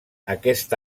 aquest